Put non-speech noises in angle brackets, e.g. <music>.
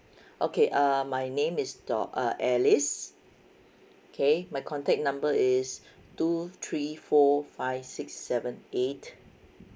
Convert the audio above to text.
okay err my name is do~ uh alice okay my contact number is <breath> two three four five six seven eight